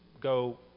go